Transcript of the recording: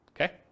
Okay